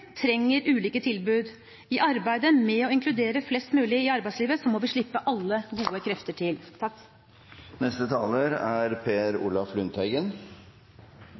trenger ulike tilbud. I arbeidet med å inkludere flest mulig i arbeidslivet må vi slippe til alle gode krefter. Det er